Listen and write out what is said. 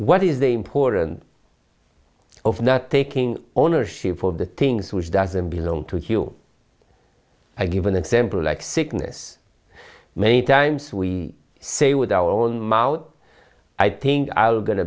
what is important of not taking ownership of the things which doesn't belong to you i give an example like sickness many times we say with our own mouth i think i'll going to